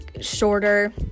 shorter